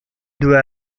due